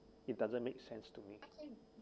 it doesn't make sense to me